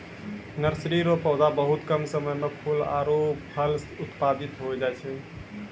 nursery रो पौधा बहुत कम समय मे फूल आरु फल उत्पादित होय जाय छै